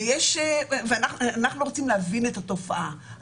אנחנו רוצים להבין את התופעה.